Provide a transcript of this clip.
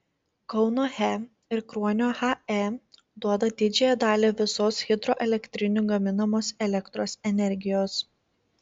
kauno he ir kruonio hae duoda didžiąją dalį visos hidroelektrinių gaminamos elektros energijos